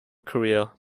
career